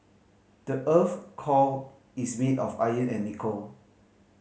the earth's core is made of iron and nickel